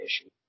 issue